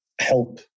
help